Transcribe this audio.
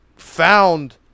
found